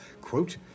quote